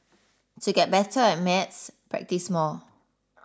to get better at maths practise more